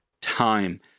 time